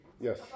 Yes